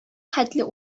хәтле